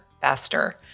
faster